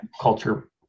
culture